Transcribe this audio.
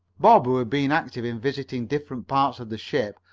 bob, who had been active in visiting different parts of the ship,